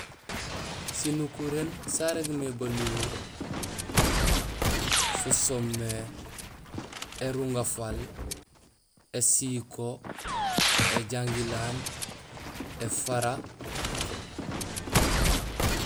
Sinukuréén sarégmé baluho so soomé: érungafaal, ésiko, éjangilaan, éfara.